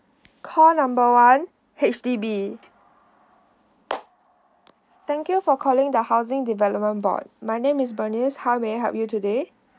call number one H_D_B thank you for calling the housing development board my name is bernice how may I help you today